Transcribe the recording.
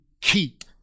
keep